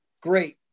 great